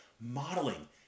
Modeling